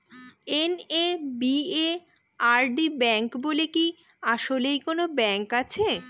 NABARD bank বলে কি আসলেই কোনো ব্যাংক আছে?